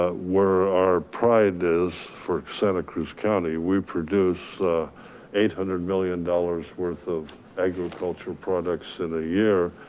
ah where our pride is, for santa cruz county, we produce eight hundred million dollars worth of agricultural products in a year.